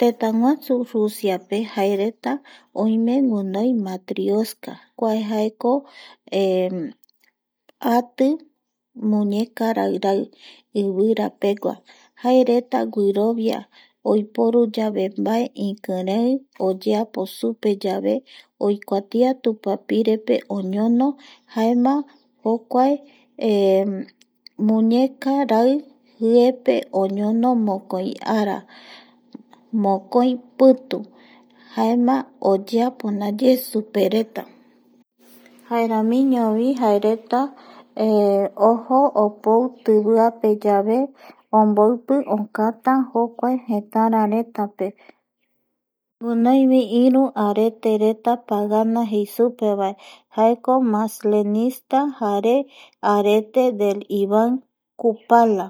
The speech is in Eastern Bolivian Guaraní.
Tëtäguasu Rusiape jaereta oime guinoi Matrioska kua jaeko ati muñecarairai ivirapegua jaereta guirovia oiporu oyeapo supeyave oikuatia tupapirepe oñono jaema jokuae muñecarai jiepe guinoi mokoi ara mokoi pitu jaema oyeapo ndaye supereta jaeramiñovi jaereta ojo opou tiviapeyave omboipi ocanta jokuae tetararetape guinoivi iru aretereta pagana vae jaeko maslenita jare arete del iban kupala